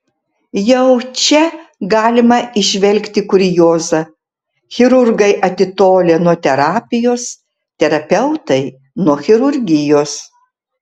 jau čia galima įžvelgti kuriozą chirurgai atitolę nuo terapijos terapeutai nuo chirurgijos